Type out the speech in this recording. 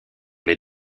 les